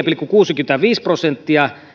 pilkku kuusikymmentäviisi prosenttia